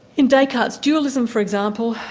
in descartes' dualism for example,